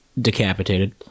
decapitated